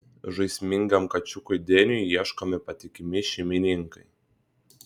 žaismingam kačiukui deniui ieškomi patikimi šeimininkai